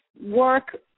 work